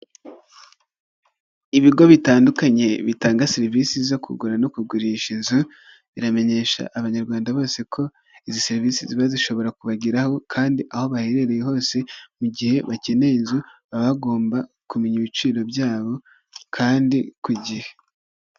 Ibigo bitandukanye bitanga serivisi zo kugura no kugurisha inzu, biramenyesha abanyarwanda bose ko izi serivisi ziba zishobora kubageraho kandi aho baherereye hose, mu gihe bakeneye inzu, baba bagomba kumenya ibiciro byabo kandi ku gihe.